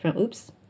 Oops